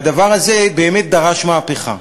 הדבר הזה באמת דרש מהפכה.